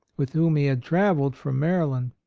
with whom he had travelled from maryland.